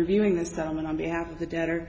reviewing this time and on behalf of the debtor